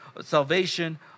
salvation